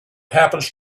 happens